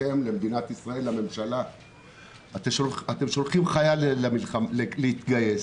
מדינת ישראל, שולחים חייל להתגייס,